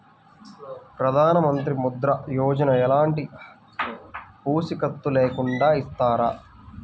ప్రధానమంత్రి ముద్ర యోజన ఎలాంటి పూసికత్తు లేకుండా ఇస్తారా?